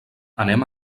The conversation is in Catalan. anem